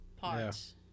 parts